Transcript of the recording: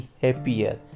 happier